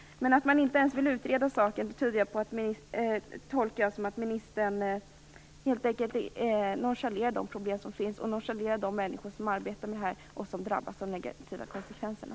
Men att man inte ens vill utreda saken tolkar jag så att ministern helt enkelt nonchalerar de problem som finns och de människor som arbetar med det här och som drabbas av de negativa konsekvenserna.